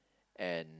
and